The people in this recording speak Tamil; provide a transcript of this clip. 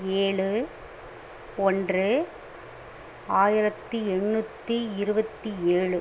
ஏழு ஒன்று ஆயிரத்தி எண்நூத்தி இருபத்தி ஏழு